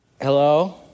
Hello